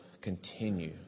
continue